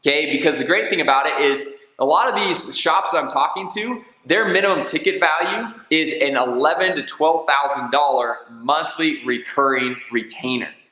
ah because the great thing about it is a lot of these shops i'm talking to their minimum ticket value is an eleven to twelve thousand dollars monthly recurring retainer.